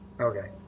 okay